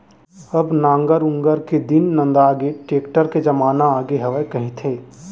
अब नांगर ऊंगर के दिन नंदागे, टेक्टर के जमाना आगे हवय कहिथें